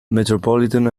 metropolitan